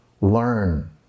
learn